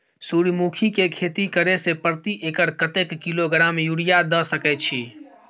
सूर्यमुखी के खेती करे से प्रति एकर कतेक किलोग्राम यूरिया द सके छी?